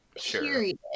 period